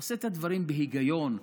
עושה את הדברים בהיגיון,